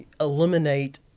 eliminate